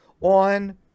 on